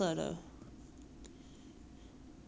里面看得到 lah 你拉直很薄 mah